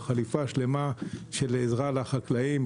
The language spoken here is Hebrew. חליפה שלמה של עזרה לחקלאים,